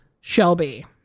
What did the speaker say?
Shelby